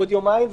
עוד יומיים,